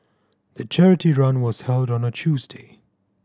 the charity run was held on a Tuesday